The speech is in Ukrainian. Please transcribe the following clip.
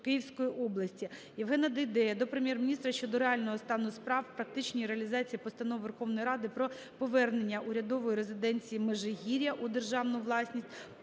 Київської області. Євгена Дейдея до Прем'єр-міністра щодо реального стану справ практичної реалізації постанови Верховної Ради "Про повернення урядової резиденції "Межигір'я" у державну власність"